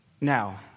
Now